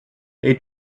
they